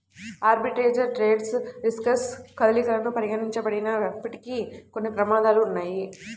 arbitrage trades riskless కదలికలను పరిగణించబడినప్పటికీ, కొన్ని ప్రమాదాలు ఉన్నయ్యి